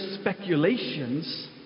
speculations